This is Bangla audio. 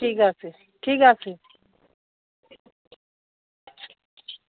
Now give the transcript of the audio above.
ঠিক আছে ঠিক আছে